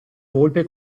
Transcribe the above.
volpe